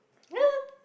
ya